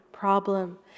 problem